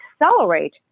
accelerate